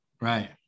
Right